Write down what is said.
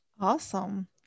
Awesome